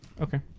Okay